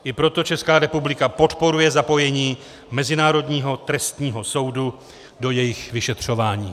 I proto Česká republika podporuje zapojení Mezinárodního trestního soudu do jejich vyšetřování.